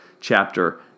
chapter